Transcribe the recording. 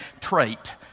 trait